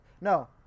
No